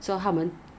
religion